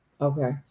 Okay